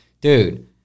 dude